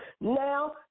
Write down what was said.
Now